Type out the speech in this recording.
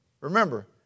Remember